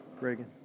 Reagan